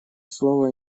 слово